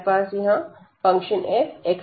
हमारे पास यहां fx ydxdy है